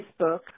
Facebook